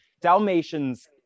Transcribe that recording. Dalmatians